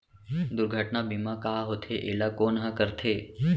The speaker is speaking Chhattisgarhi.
दुर्घटना बीमा का होथे, एला कोन ह करथे?